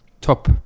Top